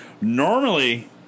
normally